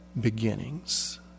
beginnings